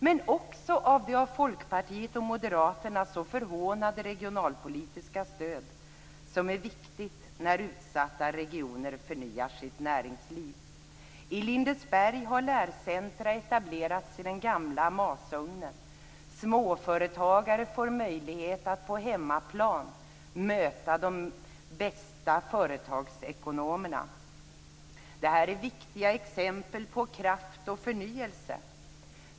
Men det är också resultatet av det av Folkpartiet och Moderaterna så förhånade regionalpolitiska stöd som är viktigt när utsatta regioner förnyar sitt näringsliv. I Lindesberg har lärocentrum etablerats i den gamla masugnen. Småföretagare får möjlighet att på hemmaplan möta de bästa företagsekonomerna. Det här är viktiga exempel på kraft och förnyelse.